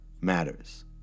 matters